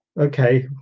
Okay